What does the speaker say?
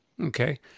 Okay